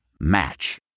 Match